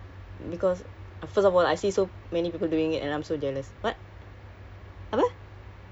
cause you are thirties right do you feel the pressure from your parents kalau your parents ada pressure you